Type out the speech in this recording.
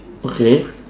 okay